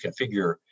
configure